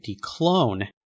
clone